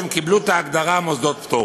והם קבלו את ההגדרה מוסדות פטור.